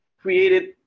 created